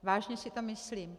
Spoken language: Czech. Vážně si to myslím.